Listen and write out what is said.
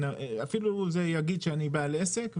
מי שיגיד שהוא בעל עסק,